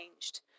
changed